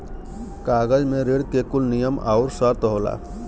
कागज मे ऋण के कुल नियम आउर सर्त होला